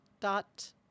Dot